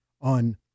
on –